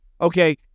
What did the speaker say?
Okay